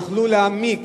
יוכלו להעמיק